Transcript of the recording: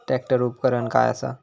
Tractor उपकरण काय असा?